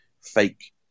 fake